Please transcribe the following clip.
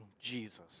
Jesus